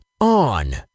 On